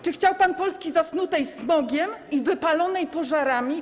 Czy chciał pan Polski zasnutej smogiem i wypalonej pożarami?